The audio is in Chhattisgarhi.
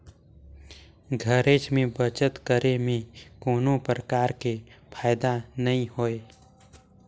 घरेच में बचत करे में कोनो परकार के फायदा नइ होय